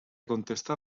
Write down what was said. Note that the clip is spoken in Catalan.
contestar